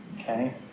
okay